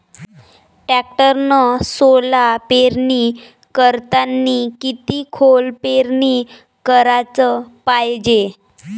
टॅक्टरनं सोला पेरनी करतांनी किती खोल पेरनी कराच पायजे?